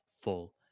full